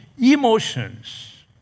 emotions